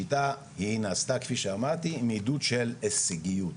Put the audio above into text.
השיטה נעשתה כפי שאמרתי עידוד של הישגיות.